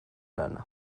lana